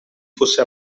fosse